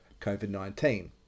COVID-19